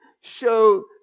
show